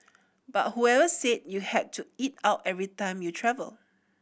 but whoever said you had to eat out every time you travel